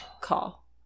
call